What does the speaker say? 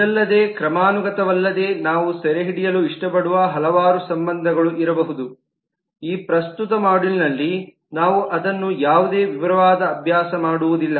ಇದಲ್ಲದೆ ಕ್ರಮಾನುಗತವಲ್ಲದೆ ನಾವು ಸೆರೆಹಿಡಿಯಲು ಇಷ್ಟಪಡುವ ಹಲವಾರು ಇತರ ಸಂಬಂಧಗಳೂ ಇರಬಹುದು ಈ ಪ್ರಸ್ತುತ ಮಾಡ್ಯೂಲ್ನಲ್ಲಿ ನಾವು ಅದನ್ನು ಯಾವುದೇ ವಿವರವಾದ ಅಭ್ಯಾಸ ಮಾಡುವುದಿಲ್ಲ